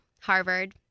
Harvard